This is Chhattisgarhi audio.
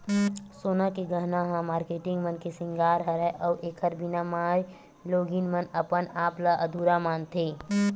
सोना के गहना ह मारकेटिंग मन के सिंगार हरय अउ एखर बिना माइलोगिन मन अपन आप ल अधुरा मानथे